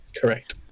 Correct